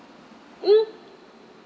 mm